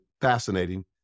fascinating